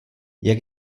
jak